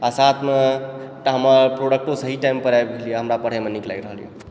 आ साथमे एकटा हमर प्रोडक्टो सही टाइमपर आबि गेल हमरा पढ़यमे नीक लागि रहल यऽ